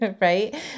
right